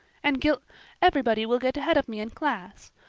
and gil everybody will get ahead of me in class.